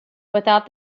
without